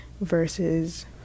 versus